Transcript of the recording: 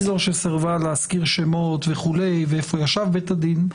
לפי דעתך --- הרב אוריאל לביא מונה לבית הדין הגדול?